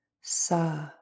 sa